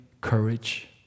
courage